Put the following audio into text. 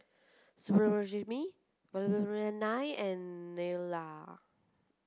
Subbulakshmi Vallabhbhai and Neila